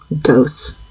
dose